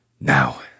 Now